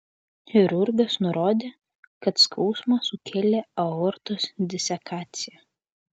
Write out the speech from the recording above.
chirurgas nurodė kad skausmą sukėlė aortos disekacija